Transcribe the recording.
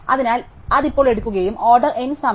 അതിനാൽ അത് ഇപ്പോൾ എടുക്കും ഓർഡർ N സമയം